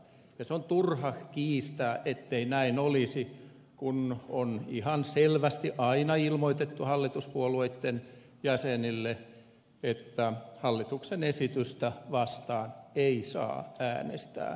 ja on turha kiistää ettei näin olisi kun on ihan selvästi aina ilmoitettu hallituspuolueitten jäsenille että hallituksen esitystä vastaan ei saa äänestää